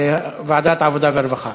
לוועדת העבודה והרווחה.